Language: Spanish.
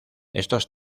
estos